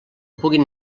puguin